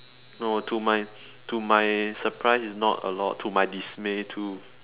no to my to my surprise is not a lot to my dismay too